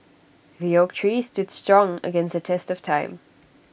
the oak tree stood strong against the test of time